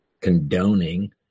condoning